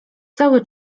cały